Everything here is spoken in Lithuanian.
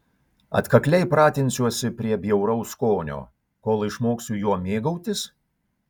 atkakliai pratinsiuosi prie bjauraus skonio kol išmoksiu juo mėgautis